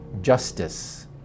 justice